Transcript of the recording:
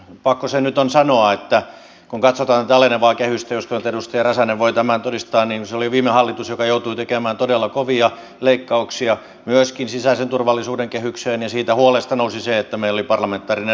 mutta pakko se nyt on sanoa että kun katsotaan tätä alenevaa kehystä jos edustaja räsänen voi tämän todistaa niin se oli viime hallitus joka joutui tekemään todella kovia leikkauksia myöskin sisäisen turvallisuuden kehykseen ja siitä huolesta nousi se että meillä oli parlamentaarinen ryhmä joka työskenteli